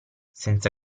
senza